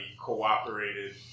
cooperated